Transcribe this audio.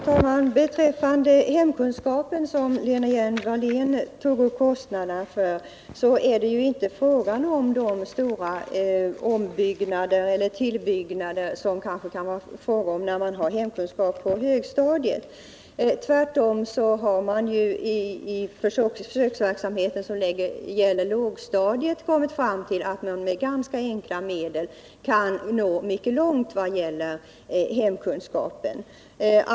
Herr talman! Beträffande hemkunskapen på högstadiet, som Lena Hjelm Wallén tog upp kostnaderna för, är det ju inte fråga om några stora ombyggnader eller tillbyggnader. Tvärtom har man i den försöksverksamhet som gäller lågstadiet kom mit fram till att man med ganska enkla medel kan nå mycket långt vad gäller hemkunskapen.